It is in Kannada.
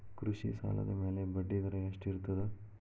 ಕೃಷಿ ಸಾಲದ ಮ್ಯಾಲೆ ಬಡ್ಡಿದರಾ ಎಷ್ಟ ಇರ್ತದ?